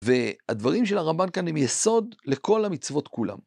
והדברים של הרמב״ן כאן הם יסוד לכל המצוות כולם.